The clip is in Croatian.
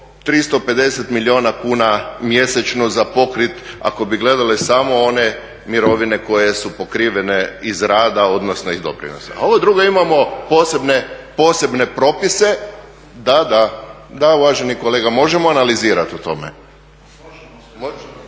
350 milijuna kuna mjesečno za pokrit ako bi gledali samo one mirovine koje su pokrivene iz rada odnosno iz doprinosa. A ovo drugo imamo posebne propise … …/Upadica se ne čuje./… Da, da, da uvaženi kolega možemo analizirati o tome.